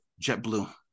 JetBlue